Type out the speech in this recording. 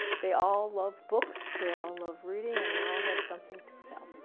they all love books, they all love reading, and they all have something to tell.